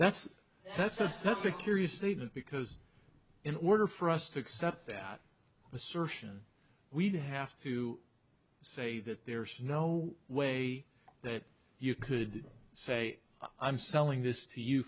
that's that's that's a curious thing that because in order for us to accept that assertion we'd have to say that there's no way that you could say i'm selling this